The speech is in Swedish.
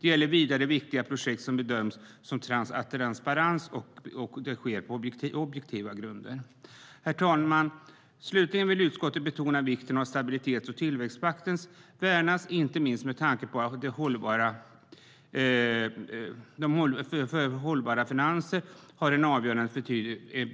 Det är vidare viktigt att projekten bedöms på transparenta och objektiva grunder. Herr talman! Slutligen vill utskottet betona vikten av att stabilitets och tillväxtpakten värnas, inte minst med tanke på att hållbara finanser har avgörande